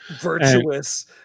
Virtuous